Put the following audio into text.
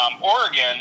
Oregon